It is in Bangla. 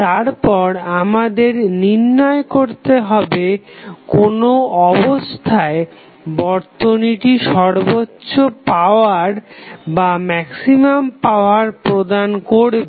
তারপর আমাদের নির্ণয় করতে হবে কোন অবস্থায় বর্তনী লোডকে সর্বোচ্চ পাওয়ার প্রদান করবে